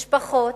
משפחות,